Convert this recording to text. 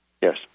Yes